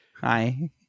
Hi